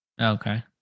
Okay